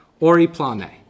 oriplane